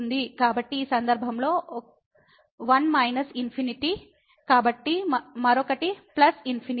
కాబట్టి ఈ సందర్భంలో ఒకటి మైనస్ ఇన్ఫినిటీ మరొకటి ప్లస్ ఇన్ఫినిటీ